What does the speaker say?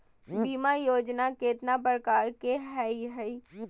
बीमा योजना केतना प्रकार के हई हई?